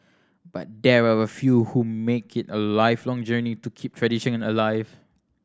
but there are a few who make it a lifelong journey to keep tradition in alive